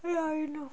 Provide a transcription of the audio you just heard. ya I know